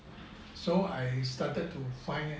so I started to find ah